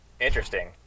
Interesting